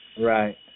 Right